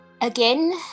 again